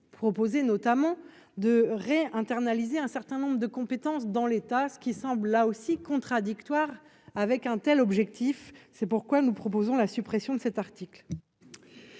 proposait notamment de re-internaliser un certain nombre de compétences dans l'État, ce qui semble là aussi contradictoires avec un tel objectif, c'est pourquoi nous proposons la suppression de cet article.